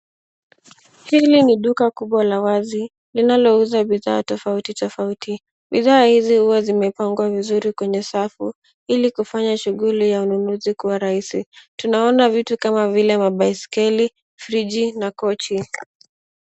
Hili ni duka kubwa la wazi linalouza bidhaa totautitofauti. Bidhaa hizo huwa zimepangwa vizuri kwenye safu ili kufanya shuguli ya ununuzi kuwa rahisi tunaona vitu kama vile mabaiskeli friji na kochi.